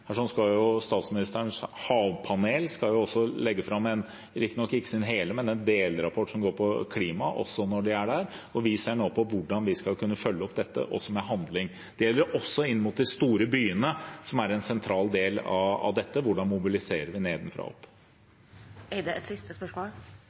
skal statsministerens havpanel legge fram, riktignok ikke hele, men en delrapport som går på klima, og vi ser nå på hvordan vi skal kunne følge opp dette med handling. Det gjelder også inn mot de store byene, som er en sentral del av dette – hvordan vi mobiliserer nedenfra og opp.